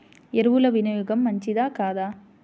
ఎరువుల వినియోగం మంచిదా కాదా?